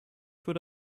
für